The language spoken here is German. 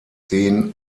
den